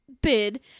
bid